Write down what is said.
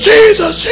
Jesus